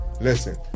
Listen